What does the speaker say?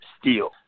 steel